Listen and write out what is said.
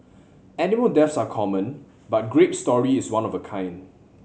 animal deaths are common but Grape's story is one of a kind